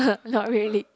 not really